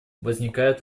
возникает